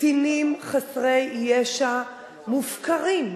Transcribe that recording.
קטינים חסרי ישע מופקרים,